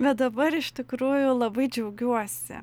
bet dabar iš tikrųjų labai džiaugiuosi